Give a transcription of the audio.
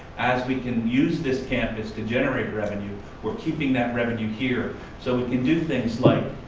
as we can use this campus to generate revenue we're keeping that revenue here so we can do things like